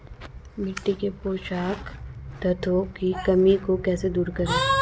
मिट्टी के पोषक तत्वों की कमी को कैसे दूर करें?